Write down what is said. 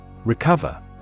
Recover